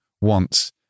wants